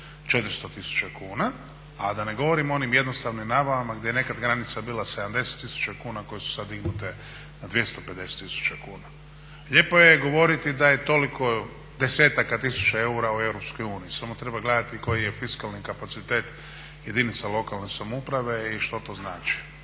400 tisuća kuna, a da ne govorim o onim jednostavnim nabavama gdje je nekad granica bila 70 tisuća kuna koje su sad dignute na 250 tisuća kuna. Lijepo je govoriti da je toliko desetaka tisuća eura u EU samo treba gledati koji je fiskalni kapacitet jedinica lokalne samouprave i što to znači.